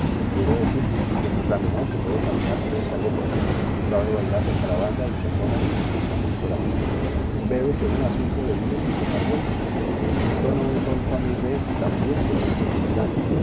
quiero decir que por ver la menor se pueden caminar treinta leguas sabe bailar la zarabanda y chacona mejor que su inventora misma bébese una azumbre de vino sin dejar gota entona un sol fa mi re tan bien como un